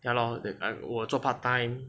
ya lor that time 我有做 part time